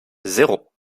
zéro